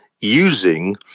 using